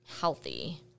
healthy